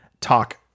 talk